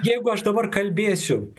jeigu aš dabar kalbėsiu